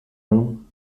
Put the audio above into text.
room